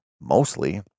mostly